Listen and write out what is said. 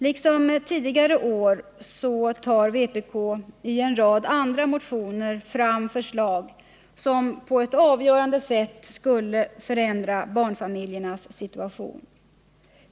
Liksom tidigare år tar vpk i en rad andra motioner fram förslag som på ett avgörande sätt skulle förändra barnfamiljernas situation.